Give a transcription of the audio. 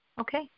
Okay